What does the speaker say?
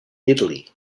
italy